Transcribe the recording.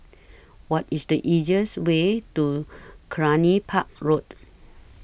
What IS The easiest Way to Cluny Park Road